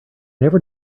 never